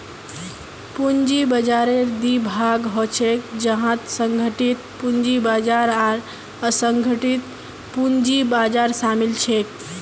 पूंजी बाजाररेर दी भाग ह छेक जहात संगठित पूंजी बाजार आर असंगठित पूंजी बाजार शामिल छेक